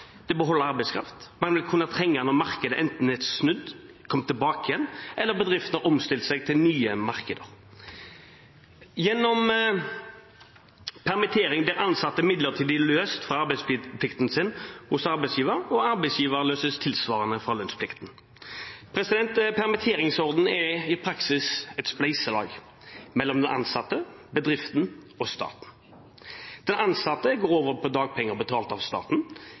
arbeidskraft man vil kunne trenge når markedet enten er snudd, kommet tilbake igjen, eller bedriftene omstiller seg til nye markeder. Permitteringsordningen er i praksis et spleiselag mellom den ansatte, bedriften og staten. Den ansatte går over på dagpenger betalt av staten. Bedriften skal betale lønn de første ti dagene. Deretter går den ansatte over på dagpenger